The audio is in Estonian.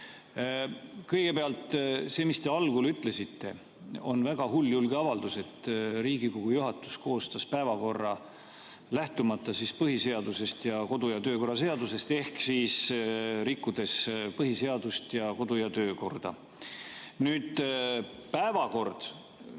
vastamist. Kõigepealt see, mis te algul ütlesite, on väga hulljulge avaldus, et Riigikogu juhatus koostas päevakorra, lähtumata põhiseadusest ja kodu- ja töökorra seadusest ehk siis rikkudes põhiseadust ja kodu- ja töökorda. Nüüd, päevakord.